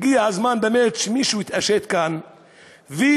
הגיע הזמן באמת שמישהו יתעשת כאן ונגיע